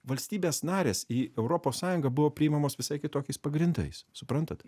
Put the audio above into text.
valstybės narės į europos sąjungą buvo priimamos visai kitokiais pagrindais suprantat